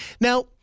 Now